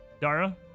Dara